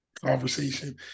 conversation